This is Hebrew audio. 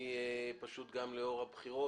גם לאור הבחירות,